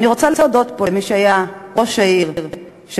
אני רוצה להודות פה למי שהיה ראש העיר בית-שאן,